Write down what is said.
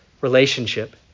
relationship